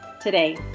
today